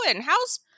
how's